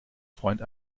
freund